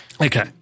Okay